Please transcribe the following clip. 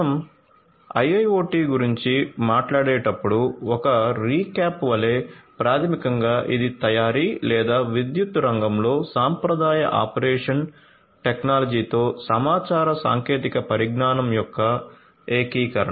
మనం IIoT గురించి మాట్లాడేటప్పుడు ఒక రీక్యాప్ వలె ప్రాథమికంగా ఇది తయారీ లేదా విద్యుత్ రంగంలో సంప్రదాయ ఆపరేషన్ టెక్నాలజీతో సమాచార సాంకేతిక పరిజ్ఞానం యొక్క ఏకీకరణ